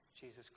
Jesus